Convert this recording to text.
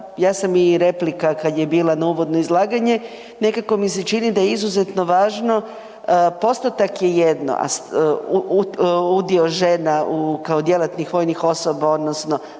ja sam i replika kada je bila na uvodno izlaganje nekako mi se čini da je izuzetno važno, postotak je jedno udio žena kao djelatnih vojnih osoba odnosno